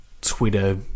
Twitter